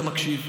אתה מקשיב.